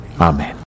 Amen